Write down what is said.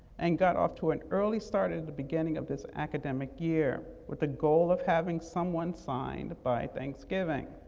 and got off to an early start in the beginning of this academic year, with the goal of having someone signed by thanksgiving.